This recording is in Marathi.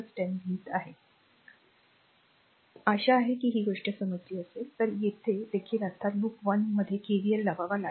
तर मला ते स्वच्छ करू द्या तर आशा आहे की ही गोष्ट समजली असेल तर येथे देखील आता लूप वन मध्ये KVL लावावा लागेल